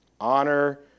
Honor